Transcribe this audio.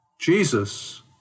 Jesus